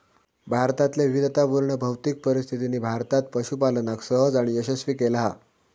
भारतातल्या विविधतापुर्ण भौतिक परिस्थितीनी भारतात पशूपालनका सहज आणि यशस्वी केला हा